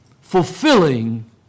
fulfilling